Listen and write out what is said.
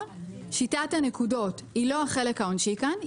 שיטת הנקודות היא לא החלק העונשי כאן.